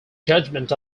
judgment